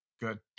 Good